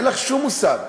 אין לך שום מושג.